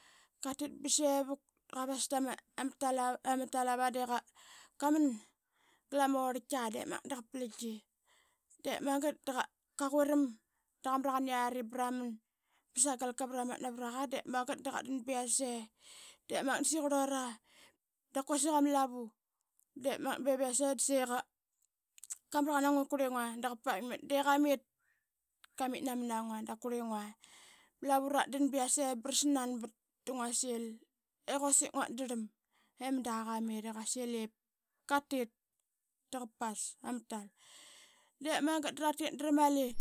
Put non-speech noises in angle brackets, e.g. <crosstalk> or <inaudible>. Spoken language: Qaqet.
Qatit ba sevuk ba qavasta ma talavana de qaman glama orltkia de magat da qa plagi. De magat da qa quiram da qamraqan a ngua iqurlingua da ga paitmat de qamit nam nangua da qurlinga. A ma lavu ratdan ba yase brasnan <noise> <unintelligible> bat da ngua sil i quasik nguat drlam i mada qamit i da sil ip gatit da qa pas ama tal de magat dratit dra mali. <noise>